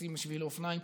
לשים שבילי אופניים.